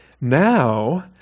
Now